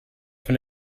von